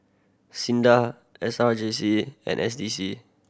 SINDA S R J C and S D C